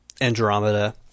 Andromeda